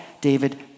David